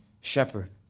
shepherd